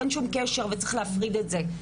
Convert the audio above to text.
אין שום קשר וצריך להפריד את זה.